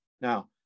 Now